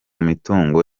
mitungo